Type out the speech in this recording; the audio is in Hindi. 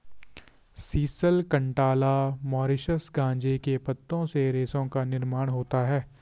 सीसल, कंटाला, मॉरीशस गांजे के पत्तों से रेशों का निर्माण होता रहा है